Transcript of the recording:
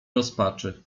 rozpaczy